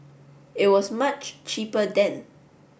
it was much cheaper then